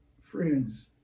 Friends